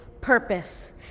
purpose